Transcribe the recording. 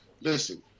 Listen